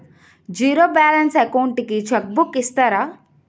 Zero balance account కి check book ఇస్తారా?